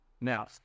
Now